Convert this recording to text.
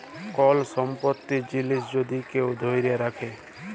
call সম্পত্তির জিলিস যদি কেউ ধ্যইরে রাখে